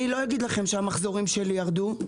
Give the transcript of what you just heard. אני לא אגיד לכם שהמחזורים שלי ירדו,